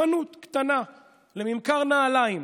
חנות קטנה לממכר נעליים